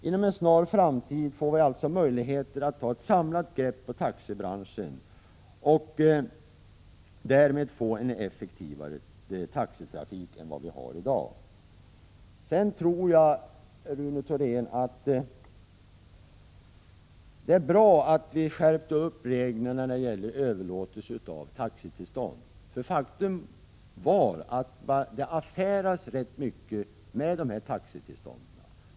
Inom en snar framtid får vi alltså möjlighet att ta ett samlat grepp på taxibranschen och därmed få en effektivare taxitrafik än vi har i dag. Sedan tror jag, Rune Thorén, att det var bra att vi skärpte reglerna om överlåtelse av taxitillstånd. Faktum är att det handlades rätt mycket med dessa tillstånd.